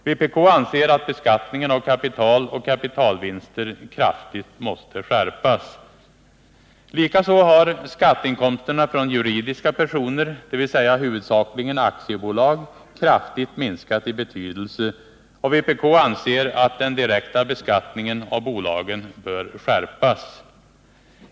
Vpk anser att beskattningen av kapital och kapitalvinster kraftigt måste skärpas. Likaså har skatteinkomsterna från juridiska personer, dvs. huvudsakligen aktiebolag, kraftigt minskat i betydelse. Vpk anser att den direkta beskattningen av bolagen bör skärpas.